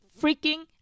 freaking